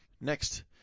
Next